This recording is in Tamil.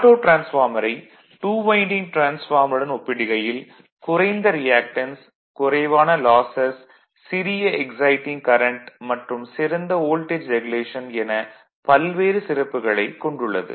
ஆட்டோ டிரான்ஸ்பார்மரை 2 வைண்டிங் டிரான்ஸ்பார்மருடன் ஒப்பிடுகையில் குறைந்த ரியாக்டன்ஸ் குறைவான லாசஸ் சிறிய எக்சைட்டிங் கரண்ட் மற்றும் சிறந்த வோல்டேஜ் ரெகுலேஷன் என பல்வேறு சிறப்புகளைக் கொண்டுள்ளது